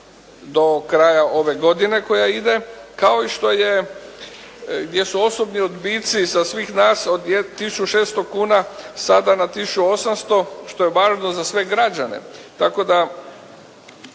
do kraja ove godine koja ide kao što je gdje su osobni odbici sa svih nas od tisuću 600 kuna sada na tisuću 800, što je važno za sve građane